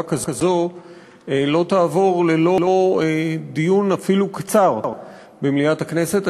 כזו לא תעבור ללא דיון במליאת הכנסת.